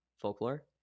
folklore